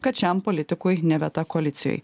kad šiam politikui ne vieta koalicijoj